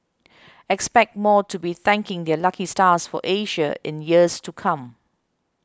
expect more to be thanking their lucky stars for Asia in years to come